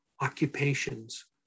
occupations